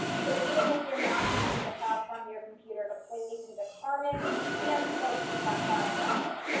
so even if you're not using the file from your computer to place in the carmen, you can still keep that file forever.